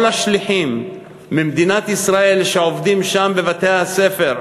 כל השליחים ממדינת ישראל שעובדים שם בבתי-הספר,